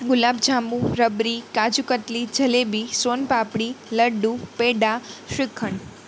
ગુલાબ jamun rabri kaju katli jalebi son papdi laddu peda shrikhand